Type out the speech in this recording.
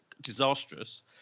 disastrous